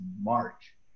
March